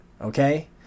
Okay